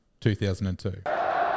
2002